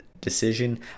decision